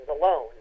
alone